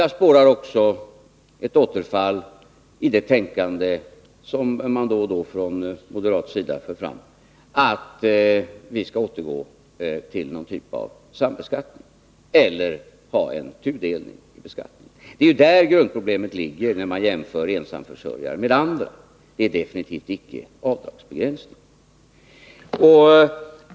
Jag spårar också ett återfall i det tänkande som man då och då från moderat sida för fram, nämligen att vi skall återgå till någon typ av sambeskattning eller ha en tudelning i beskattningen. Det är där grundproblemet ligger när man jämför ensamförsörjare med andra — det är definitivt inte avdragsbegränsningen.